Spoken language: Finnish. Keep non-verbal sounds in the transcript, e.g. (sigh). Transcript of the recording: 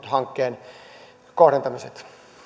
(unintelligible) hankkeen kohdentamiset nytten